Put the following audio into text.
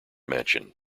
mansion